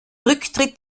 rücktritt